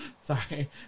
Sorry